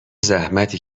زحمتی